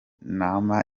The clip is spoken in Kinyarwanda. nama